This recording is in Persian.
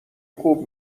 خوب